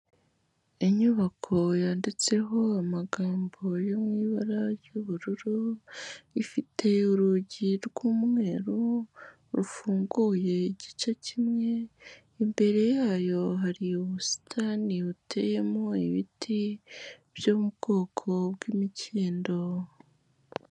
Inyubako yanditseho amagambo yo mu ibara ry'ubururu, ifite urugi rw'umweru rufunguye igice kimwe, imbere yayo hari ubusitani buteyemo ibiti byo mu bwoko bw'imikindo.